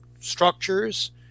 structures